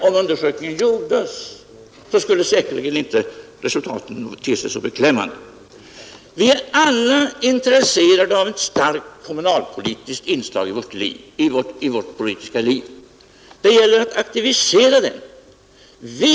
Om undersökningen gjordes där skulle resultaten säkert inte te sig så beklämmande. Vi är alla intresserade av ett starkt kommunalpolitiskt inslag i vårt politiska liv. Det gäller att aktivisera kommunalpolitiken.